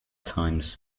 times